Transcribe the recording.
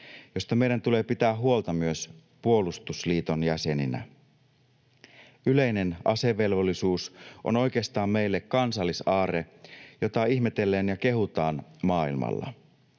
josta meidän tulee pitää huolta myös puolustusliiton jäseninä. Yleinen asevelvollisuus on meille oikeastaan kansallisaarre, jota ihmetellään ja kehutaan maailmalla.